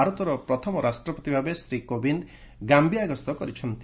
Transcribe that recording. ଭାରତର ପ୍ରଥମ ରାଷ୍ଟ୍ରପତି ଭାବେ ଶ୍ରୀ କୋବିନ୍ଦ ଗାୟିଆ ଗସ୍ତ କରୁଛନ୍ତି